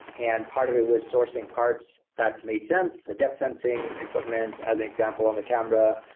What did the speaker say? and part of it was sourcing parts that made sense, the depth sensing, equipment, as an example, on the camera,